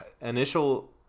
Initial